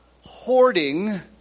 hoarding